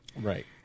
Right